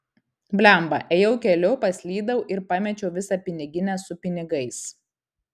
blemba ėjau keliu paslydau ir pamečiau visą piniginę su pinigais